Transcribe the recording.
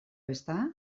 ezta